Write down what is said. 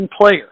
player